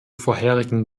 vorherigen